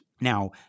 now